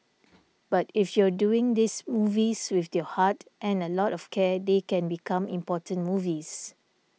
but if you're doing these movies with your heart and a lot of care they can become important movies